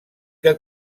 que